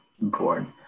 important